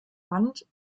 band